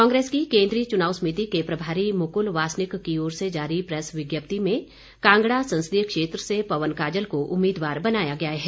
कांग्रेस की केंद्रीय चुनाव समिति के प्रभारी मुकुल वासनिक की ओर से जारी प्रेस विज्ञप्ति में कांगड़ा संसदीय क्षेत्र से पवन काजल को उम्मीदवार बनाया गया है